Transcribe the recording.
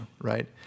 right